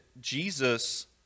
Jesus